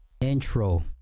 intro